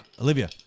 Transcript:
Olivia